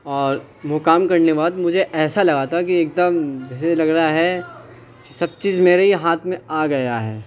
اور وہ کام کرنے کے بعد مجھے ایسا لگا تھا کہ ایک دم جیسے لگ رہا ہے کہ سب چیز میرے ہی ہاتھ میں آ گیا ہے